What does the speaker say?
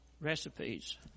recipes